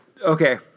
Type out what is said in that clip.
Okay